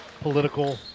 Political